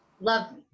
love